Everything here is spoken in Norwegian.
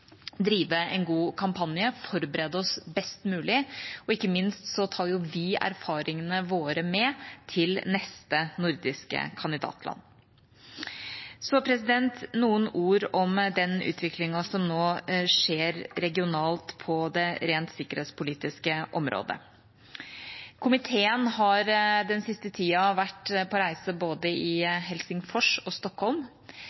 drive en god kampanje og forberede oss best mulig, og ikke minst tar jo vi erfaringene våre med til neste nordiske kandidatland. Så noen ord om den utviklingen som nå skjer regionalt på det rent sikkerhetspolitiske området. Komiteen har den siste tida vært på reise i både